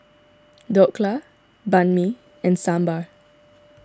Dhokla Banh Mi and Sambar